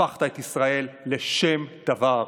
הפכת את ישראל לשם דבר.